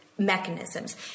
Mechanisms